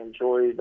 enjoyed